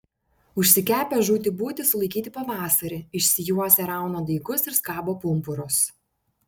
užsikepę žūti būti sulaikyti pavasarį išsijuosę rauna daigus ir skabo pumpurus